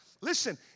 Listen